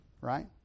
right